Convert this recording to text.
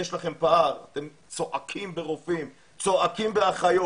יש לכם פער, אתם צועקים שיש פער